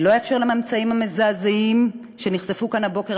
אני לא אאפשר לממצאים המזעזעים שנחשפו כאן הבוקר,